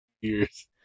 years